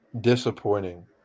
disappointing